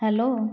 hello